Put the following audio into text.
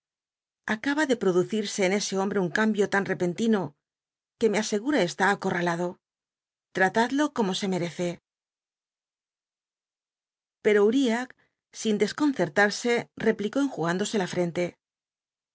acaba de producirse en ese hombre un cambio tan repentino que me asegura está acorralado l'ratadlo como se merece pero uriah sin desconcertarse replicó enjugándose la frente